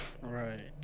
right